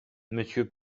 monsieur